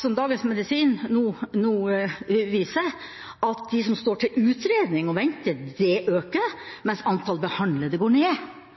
som Dagens Medisin nå viser, er at antallet personer som står til utredning og venter, øker, mens antall behandlede går ned. Da har helseministeren et problem. Det